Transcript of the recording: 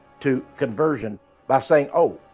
to conversion by saying, oh,